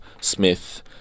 Smith